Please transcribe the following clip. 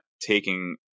taking